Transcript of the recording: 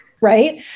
right